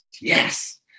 yes